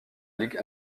ligue